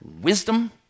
wisdom